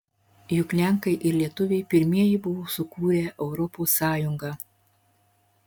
juk lenkai ir lietuviai pirmieji buvo sukūrę europos sąjungą